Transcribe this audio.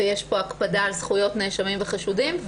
ויש פה הקפדה על זכויות נאשמים וחשודים.